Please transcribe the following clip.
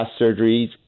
surgeries